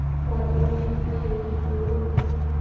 ভাদ্রমাসে কি সেচ প্রয়োজন?